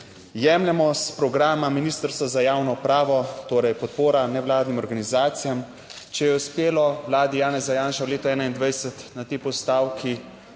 jemljemo s programa Ministrstva za javno upravo. Torej, podpora nevladnim organizacijam. Če je uspelo vladi Janeza Janše v letu 2021 na tej postavki